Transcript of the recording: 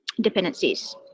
dependencies